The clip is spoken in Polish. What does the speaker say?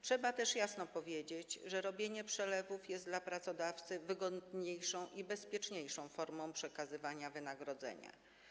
Trzeba też jasno powiedzieć, że robienie przelewów jest dla pracodawcy wygodniejszą i bezpieczniejszą formą przekazywania wynagrodzenia.